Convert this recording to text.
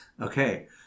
Okay